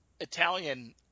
Italian